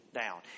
down